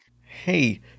Hey